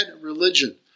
Religion